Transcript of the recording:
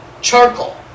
charcoal